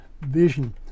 vision